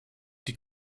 die